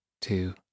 two